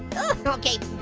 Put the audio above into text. oh okay,